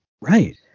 Right